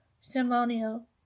ceremonial